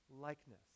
likeness